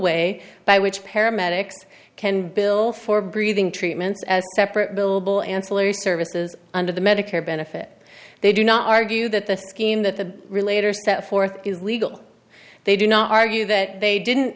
way by which paramedics can bill for breathing treatments as a separate bill bill ancillary services under the medicare benefit they do not argue that the scheme that the relator set forth is legal they do not argue that they didn't